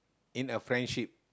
in a friendship